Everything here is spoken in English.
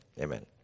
amen